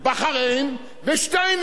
בחריין ושטייניץ,